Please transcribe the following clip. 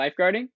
lifeguarding